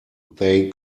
they